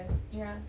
ya